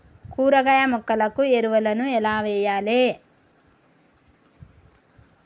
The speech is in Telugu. కూరగాయ మొక్కలకు ఎరువులను ఎలా వెయ్యాలే?